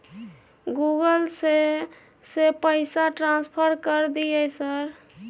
Google से से पैसा ट्रांसफर कर दिय सर?